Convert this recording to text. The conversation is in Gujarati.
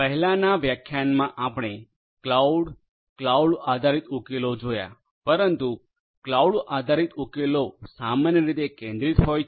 પહેલાનાં વ્યાખ્યાનમાં આપણે ક્લાઉડ ક્લાઉડ આધારિત ઉકેલો જોયાં પરંતુ ક્લાઉડ આધારિત ઉકેલો સામાન્ય રીતે કેન્દ્રિત હોય છે